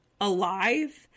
alive